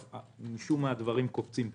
משום מה הדברים קופצים פה.